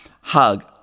hug